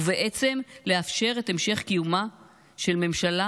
ובעצם לאפשר את המשך קיומה של הממשלה